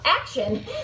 action